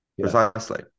Precisely